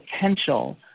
potential